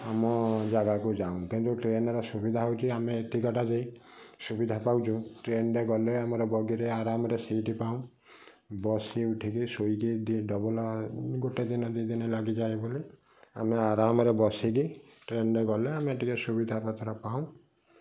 ଆମ ଜାଗାକୁ ଯାଉଁ କିନ୍ତୁ ଟ୍ରେନର ସୁବିଧା ହଉଛି ଆମେ ଏତିକ ଟା ଯାଇ ସୁବିଧା ପାଉଛୁ ଟ୍ରେନରେ ଗଲେ ଆମର ବଗିରେ ଆରମରେ ସିଟି ପାଉଁ ବଶି ଉଠିକି ଶୋଇକି ଦୁଇ ଡବଲ ଗୋଟେ ଦିନ ଦୁଇ ଦିନି ଲାଗିଯାଏ ବୋଲି ଆମେ ଆରମରେ ବସିକି ଟ୍ରେନରେ ଗଲେ ଆମେ ଟିକେ ସୁବିଧା ପତ୍ର ପାଉଁ